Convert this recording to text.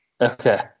Okay